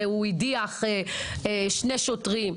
והוא הדיח שני שוטרים.